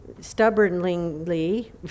stubbornly